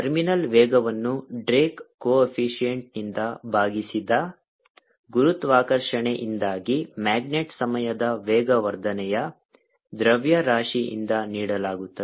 terminal ವೇಗವನ್ನು drag coefficient ನಿಂದ ಭಾಗಿಸಿದ ಗುರುತ್ವಾಕರ್ಷಣೆಯಿಂದಾಗಿ ಮ್ಯಾಗ್ನೆಟ್ ಸಮಯದ ವೇಗವರ್ಧನೆಯ ದ್ರವ್ಯರಾಶಿಯಿಂದ ನೀಡಲಾಗುತ್ತದೆ